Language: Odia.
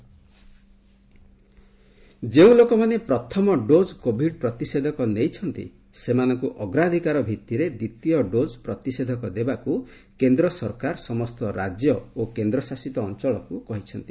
ସେଣ୍ଟର ଭ୍ୟାକ୍ଟିନେସନ୍ ଯେଉଁ ଲୋକମାନେ ପ୍ରଥମ ଡୋଜ୍ କୋବିଡ୍ ପ୍ରତିଷେଧକ ନେଇଛନ୍ତି ସେମାନଙ୍କୁ ଅଗ୍ରାଧିକାର ଭିଭିରେ ଦ୍ୱିତୀୟ ଡୋଜ୍ ପ୍ରତିଷେଧକ ଦେବାକୁ କେନ୍ଦ୍ର ସରକାର ସମସ୍ତ ରାଜ୍ୟ ଓ କେନ୍ଦ୍ରଶାସିତ ଅଞ୍ଚଳକୁ କହିଛନ୍ତି